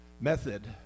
method